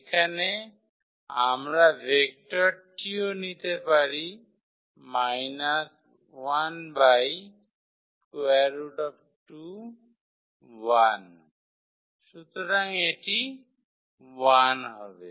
এখানে আমরা ভেক্টরও নিতে পারি সুতরাং এটি 1 হবে